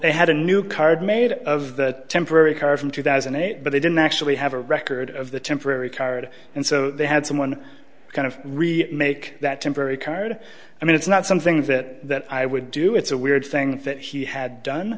they had a new card made of that temporary card from two thousand and eight but they didn't actually have a record of the temporary card and so they had someone kind of really make that temporary card i mean it's not something that i would do it's a weird thing that he had done